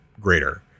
greater